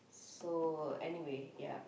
so anyway ya